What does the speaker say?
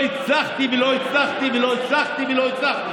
לא הצלחתי ולא הצלחתי ולא הצלחתי ולא הצלחתי.